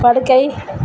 படுக்கை